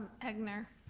egnor.